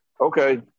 Okay